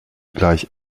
gleich